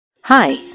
Hi